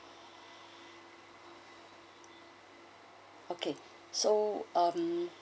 okay so um